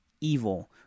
evil